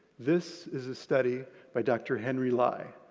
this is a study by dr. henry lai.